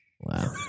Wow